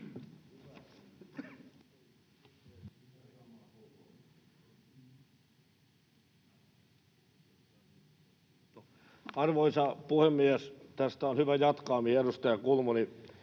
Arvoisa puhemies! Tästä on hyvä jatkaa, mihin edustaja Kulmuni